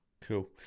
Cool